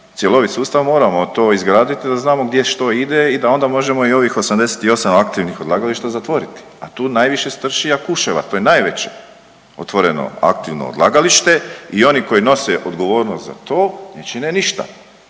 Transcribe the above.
cjelovit sustav moramo to izgradit da znamo gdje što ide i da onda možemo i ovih 88 aktivnih odlagališta zatvoriti, a tu najviše strši Jakuševac, to je najveće otvoreno aktivno odlagalište i oni koji nose odgovornost za to ne čine ništa,